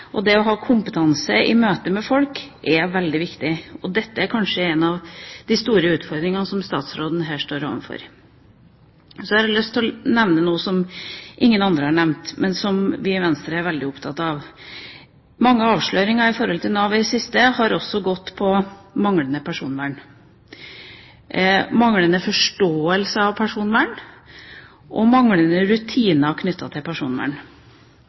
og det å ha kompetanse i møte med folk, er veldig viktig. Dette er kanskje en av de store utfordringene som statsråden her står overfor. Så har jeg lyst til å nevne noe som ingen andre har nevnt, men som vi i Venstre er veldig opptatt av. Mange avsløringer om Nav i det siste har også gått på manglende personvern, manglende forståelse av personvern og manglende rutiner knyttet til personvern.